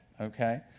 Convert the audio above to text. okay